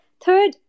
Third